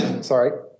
sorry